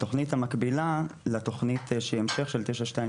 התוכנית המקבילה לתוכנית שהיא המשך של 922,